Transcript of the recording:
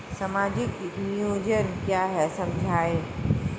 सामाजिक नियोजन क्या है समझाइए?